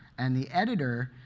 and the editor